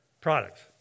products